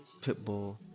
Pitbull